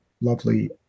lovely